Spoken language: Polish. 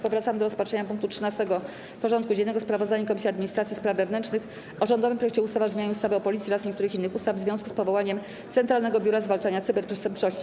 Powracamy do rozpatrzenia punktu 13. porządku dziennego: Sprawozdanie Komisji Administracji i Spraw Wewnętrznych o rządowym projekcie ustawy o zmianie ustawy o Policji oraz niektórych innych ustaw w związku z powołaniem Centralnego Biura Zwalczania Cyberprzestępczości.